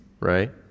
right